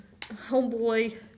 homeboy